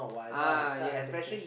ah yes yes yes